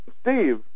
Steve